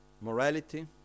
morality